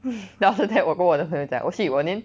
then after that 我跟我的朋友讲 oh shit 我连